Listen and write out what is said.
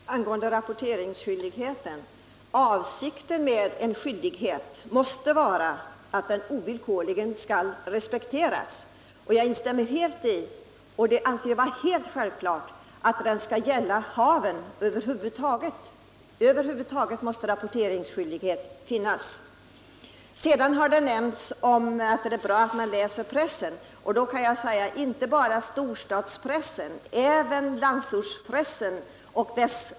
Herr talman! Angående rapporteringsskyldigheten: Avsikten med en skyldighet måste vara att den ovillkorligen skall respekteras. Jag instämmer helt i att rapporteringsskyldigheten skall gälla haven över huvud taget; det måste vara helt självklart. Det har nämnts att det är bra att man läser pressen. Det gäller inte bara storstadspressen utan även landsortspressen.